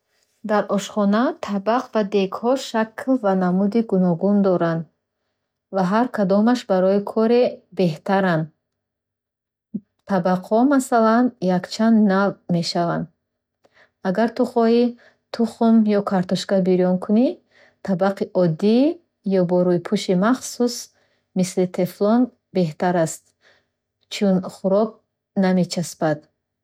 Дар ошхона табақ ва дегҳо шакл ва намуди гуногун доранд, ва ҳар кадомаш барои коре беҳтаранд. Табақҳо, масалан, якчанд навъ мешаванд. Агар ту хоҳӣ тухм ё картошка бирён кунӣ, табақи оддӣ ё бо рӯйпӯши махсус мисли тефлон беҳтар аст, чун хӯрок намечаспад.